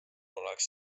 oleks